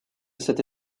cette